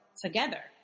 together